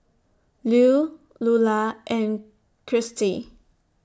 Lew Lulah and Kirstie